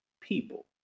people